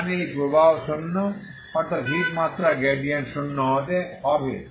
তার মানে এই প্রবাহ শূন্য অর্থাৎ হিট মাত্রার গ্রেডিয়েন্ট শূন্য হতে হবে